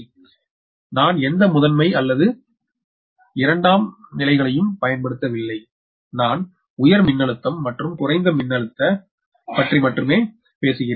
பார் நான் எந்த முதன்மை அல்லது இரண்டாம் நிலைகளையும் பயன்படுத்தவில்லை நான் உயர் மின்னழுத்தம் மற்றும் குறைந்த மின்னழுத்த உரிமையைப் பற்றி மட்டுமே பேசுகிறேன்